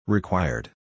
Required